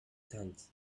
tent